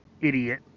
idiot